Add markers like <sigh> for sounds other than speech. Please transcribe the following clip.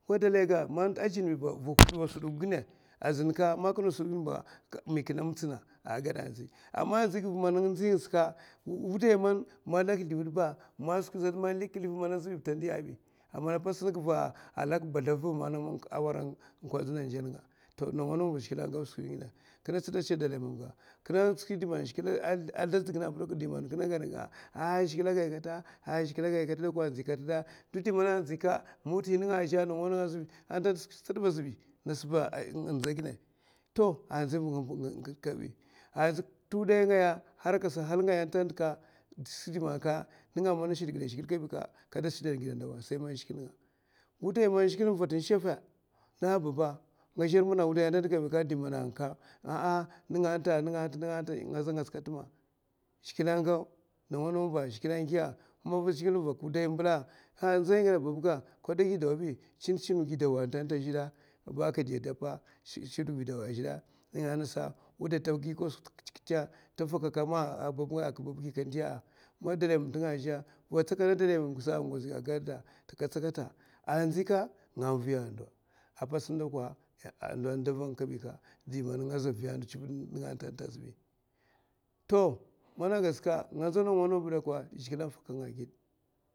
Wa dalay ga ajinɓi ba nga sundo koy ginè mana ajin ɓi ba. aman andzi ka man lak zluwèè ba ko lak hutsuè man ndi man <hesitation> kinè ndzi yè diman zhigilè a kinè andzi kat di maka, chiviè man zhigilè a bè zudu kinè apa to kinè n'tè wuday nga hara aka sada n'hal ngaya nènga a man aka sada a shidan giè a zhigilè nga ka man a babba di man a wu day nènga <hesitation> zaman nga ba zhigilè aviya wuday nga ba tazhè sum ngi gidawa azhè tunga a ngasa a skwi man tagi kosuk tè kwutè kwutè nènga a ngasa a ndzika nga viya amman apatsna sai man ta vanga a riy kwutè kwutè, man a gasa nga ndzawa nawa nawa ba